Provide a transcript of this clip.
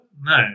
No